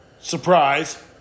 Surprise